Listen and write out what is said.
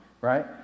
right